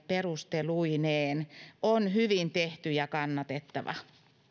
perusteluineen on hyvin tehty ja kannatettava